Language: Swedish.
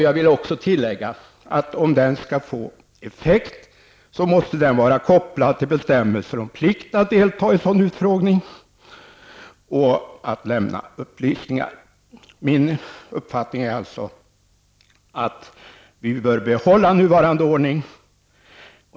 Jag vill också tillägga att om en sanningsförsäkran skall ha en effekt måste den vara kopplad till bestämmelser om plikt att delta i en sådan utfrågning och att lämna upplysningar. Min uppfattning är att vi bör behålla nuvarande ordning.